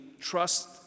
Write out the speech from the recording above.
trust